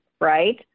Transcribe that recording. right